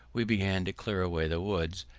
we began to clear away the woods,